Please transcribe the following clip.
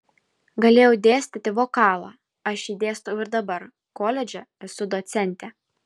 galėjau dėstyti vokalą aš jį dėstau ir dabar koledže esu docentė